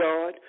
God